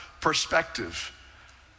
perspective